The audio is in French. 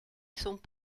sont